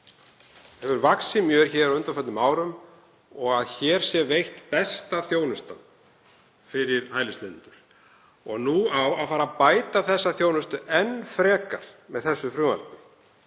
hefur vaxið mjög á undanförnum árum og að hér sé veitt besta þjónustan fyrir hælisleitendur og nú á að fara að bæta þessa þjónustu enn frekar með þessu frumvarpi.